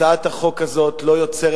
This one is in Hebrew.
הצעת החוק הזאת לא יוצרת